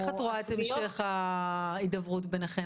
איך את רואה את המשך ההידברות ביניכם?